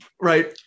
right